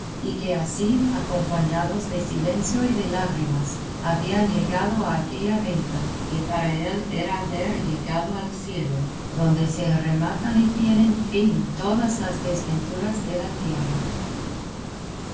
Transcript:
y que así acompañados de silencio y de lágrimas habían llegado a aquella venta que para él era haber llegado al cielo donde se rematan y tienen fin todas las desventuras de la tierra